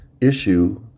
issue